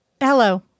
Hello